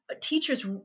teachers